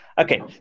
Okay